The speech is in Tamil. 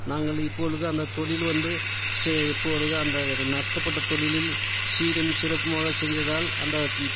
நாங்கள் இப்பொழுது அந்த தொழில் வந்து ஷி இப்பொழுது அந்த நஷ்டப்பட்ட தொழிலில் சீரும் சிறப்புமாக செஞ்சதால் அந்த